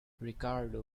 ricardo